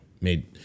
made